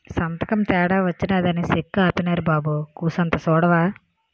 సంతకం తేడా వచ్చినాదని సెక్కు ఆపీనారు బాబూ కూసంత సూడవా